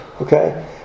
Okay